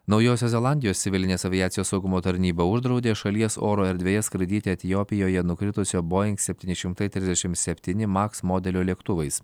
naujosios zelandijos civilinės aviacijos saugumo tarnyba uždraudė šalies oro erdvėje skraidyti etiopijoje nukritusio boing septyni šimtai trisdešimt septyni maks modelio lėktuvais